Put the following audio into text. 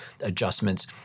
adjustments